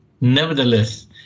nevertheless